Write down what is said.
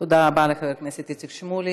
תודה רבה לחבר הכנסת איציק שמולי.